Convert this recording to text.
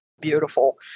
beautiful